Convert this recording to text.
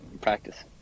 Practice